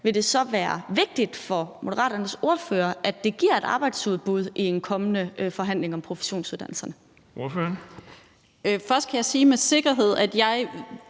vil det så være vigtigt for Moderaternes ordfører, at det giver et øget arbejdsudbud i den kommende forhandling om professionsuddannelserne? Kl. 17:53 Den fg. formand (Erling